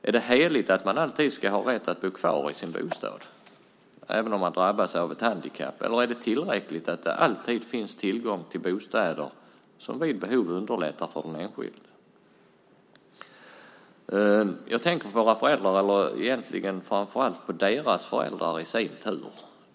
Är det heligt att man alltid ska har rätt att bo kvar i sin bostad även när man drabbas av ett handikapp? Eller är det tillräckligt att det alltid finns tillgång till bostäder som vid behov underlättar för den enskilde? Jag tänker på våra föräldrar eller egentligen framför allt på deras föräldrar i sin tur.